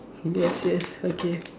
yes yes okay